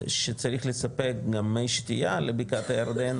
שצריך לספק גם מי שתייה לבקעת הירדן,